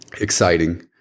exciting